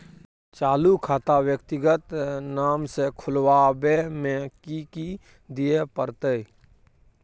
चालू खाता व्यक्तिगत नाम से खुलवाबै में कि की दिये परतै?